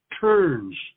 turns